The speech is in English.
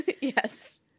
Yes